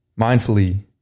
mindfully